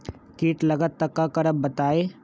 कीट लगत त क करब बताई?